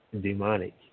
demonic